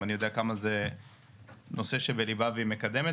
אני גם יודע עד כמה הנושא בליבה והיא מקדמת.